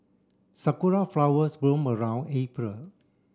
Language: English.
Sakura flowers bloom around April